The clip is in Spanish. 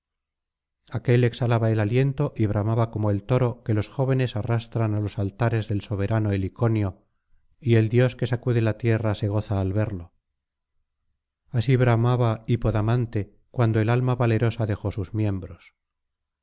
aquél exhalaba el aliento y bramaba como el toro que los jóvenes arrastran á los altares del soberano heliconio y el dios que sacude la tierra se goza al verlo así bramaba hipodamante cuando el alma valerosa dejó sus miembros